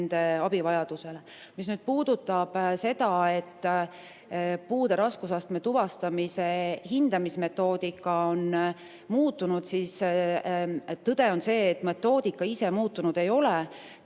puudutab seda, et puude raskusastme tuvastamise hindamismetoodika on muutunud, siis tõde on see, et metoodika ise muutunud ei ole,